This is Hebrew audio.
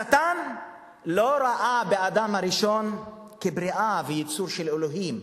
השטן לא ראה באדם הראשון בריאה ויצור של אלוהים,